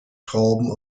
trauben